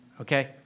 Okay